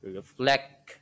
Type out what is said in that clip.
reflect